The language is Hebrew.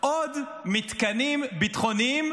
עוד מתקנים ביטחוניים.